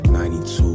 92